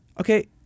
Okay